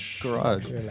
garage